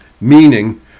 meaning